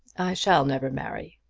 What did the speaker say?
shall never marry.